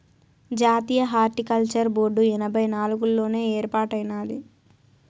జాతీయ horticulture board ఎనభై నాలుగుల్లోనే ఏర్పాటైనాది